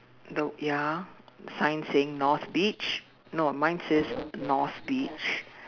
no ya sign saying north beach no mine says north beach